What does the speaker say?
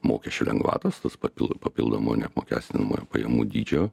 mokesčių lengvatos tas papildo papildomo neapmokestinamojo pajamų dydžio